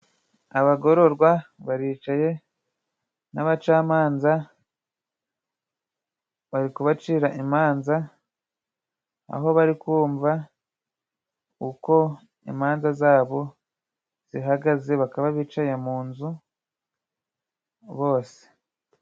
Abagororwa baricaye n' abacamanza bari kubacira imanza, aho barikumva uko imanza zabo zihagaze bakaba bicaye mu nzu bose.